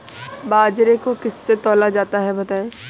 बाजरे को किससे तौला जाता है बताएँ?